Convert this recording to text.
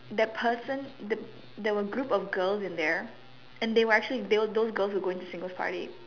that person the there were a group of girls in there and they were actually they those girls were going to singles party